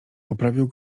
poprawił